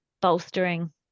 bolstering